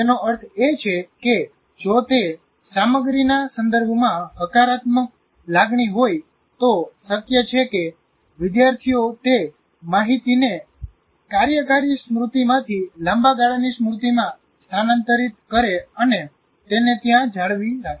તેનો અર્થ એ છે કે જો તે સામગ્રીના સંદર્ભમાં હકારાત્મક લાગણી હોય તો શક્ય છે કે વિદ્યાર્થીઓ તે માહિતીને કાર્યકારી સ્મૃતિ માંથી લાંબા ગાળાની સ્મૃતિ માં સ્થાનાંતરિત કરે અને તેને ત્યાં જાળવી રાખે